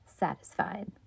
satisfied